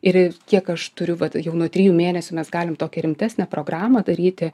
ir ir kiek aš turiu vat jau nuo trijų mėnesių mes galim tokią rimtesnę programą daryti